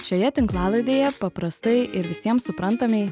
šioje tinklalaidėje paprastai ir visiems suprantamei